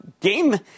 game